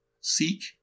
Seek